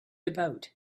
about